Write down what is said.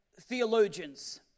theologians